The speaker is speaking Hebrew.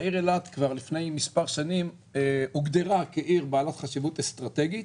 שהעיר אילת כבר לפני מספר שנים הוגדרה כעיר בעלת חשיבות אסטרטגית